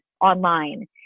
online